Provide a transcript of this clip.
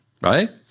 right